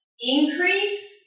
increase